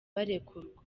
barekurwa